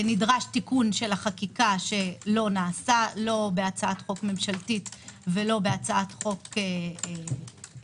נדרש תיקון חקיקה שלא נעשה לא בהצעת חוק ממשלתית ולא בהצעת חוק פרטית,